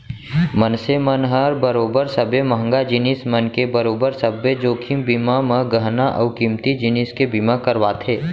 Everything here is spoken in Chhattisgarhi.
मनसे मन ह बरोबर सबे महंगा जिनिस मन के बरोबर सब्बे जोखिम बीमा म गहना अउ कीमती जिनिस के बीमा करवाथे